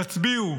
תצביעו.